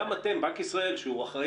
גם בנק ישראל שנוקט